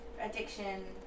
Addiction